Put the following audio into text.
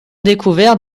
découverts